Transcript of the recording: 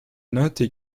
notes